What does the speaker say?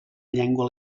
llengua